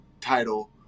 title